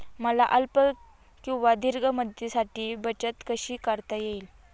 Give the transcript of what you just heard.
मला अल्प किंवा दीर्घ मुदतीसाठी बचत कशी करता येईल?